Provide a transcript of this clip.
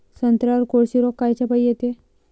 संत्र्यावर कोळशी रोग कायच्यापाई येते?